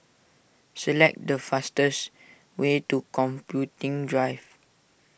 select the fastest way to Computing Drive